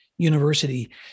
University